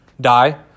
die